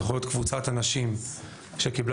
וזה יכול להיות קבוצת אנשים שקיבלה